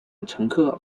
乘客